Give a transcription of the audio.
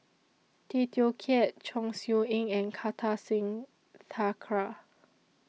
Tay Teow Kiat Chong Siew Ying and Kartar Singh Thakral